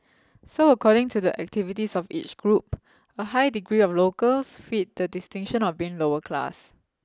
so according to the activities of each group a high degree of locals fit the distinction of being lower class